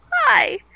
Hi